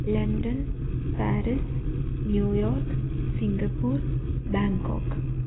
London Paris New York Singapore Bangkok